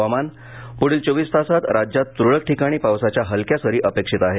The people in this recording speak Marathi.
हवामान पुढील चोवीस तासात राज्यात तुरळक ठिकाणी पावसाच्या हलक्या सरी अपेक्षित आहेत